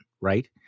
right